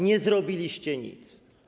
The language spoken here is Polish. Nie zrobiliście nic.